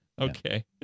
Okay